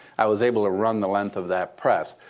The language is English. i was able to run the length of that press.